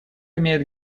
имеет